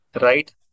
right